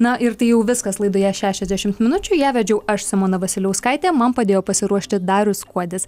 na ir tai jau viskas laidoje šešiasdešimt minučių ją vedžiau aš simona vasiliauskaitė man padėjo pasiruošti darius kuodis